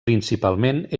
principalment